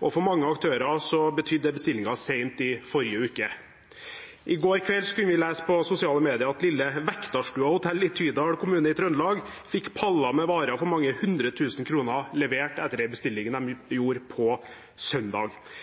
og for mange aktører betydde det bestilling sent i forrige uke. I går kveld kunne vi lese på sosiale medier at lille Væktarstua Hotell i Tydal kommune i Trøndelag fikk paller med varer for mange hundre tusen kroner levert etter en bestilling de gjorde på søndag.